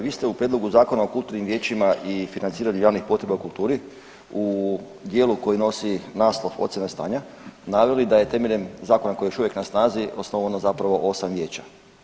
Vi ste u prijedlogu Zakona o kulturnim vijećima i financiranju javnih potreba u kulturi u dijelu koji nosi naslov ocjena stanja naveli da je temeljem zakona koji je još uvijek na snazi osnovano zapravo 8 vijeća.